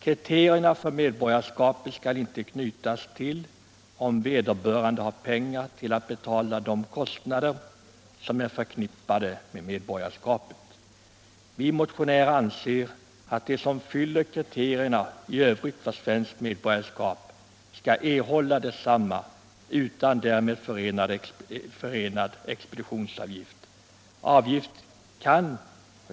Kriterierna för medborgarskapet skall inte knytas till om vederbörande har pengar att betala de kostnader som är förknippade med medborgarskapet. De som uppfyller kriterierna för svenskt medborgarskap skall enligt vår mening erhålla detsamma utan därmed förenad expeditionsavgift.